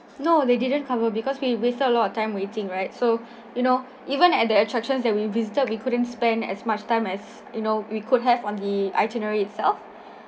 no they didn't cover because we wasted a lot of time waiting right so you know even at the attractions that we visited we couldn't spend as much time as you know we could have on the itinerary itself